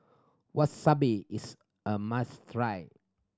wasabi is a must try